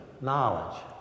knowledge